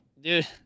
dude